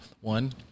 One